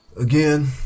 Again